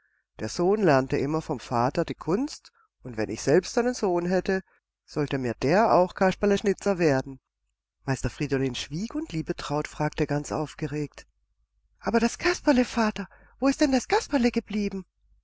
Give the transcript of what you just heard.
der sohn lernte immer vom vater die kunst und wenn ich selbst einen sohn hätte sollte mir der auch kasperleschnitzer werden meister friedolin schwieg und liebetraut fragte ganz aufgeregt aber das kasperle vater wo ist denn das kasperle geblieben